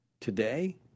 Today